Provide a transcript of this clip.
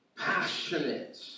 passionate